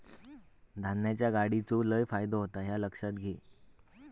धान्याच्या गाडीचो लय फायदो होता ह्या लक्षात घे